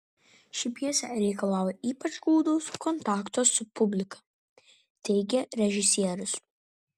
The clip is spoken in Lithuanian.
ši pjesė reikalauja ypač glaudaus kontakto su publika teigė režisierius